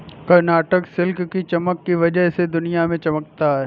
Karnataka silk की चमक की वजह से दुनिया में चमकता है